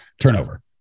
Turnover